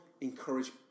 encourage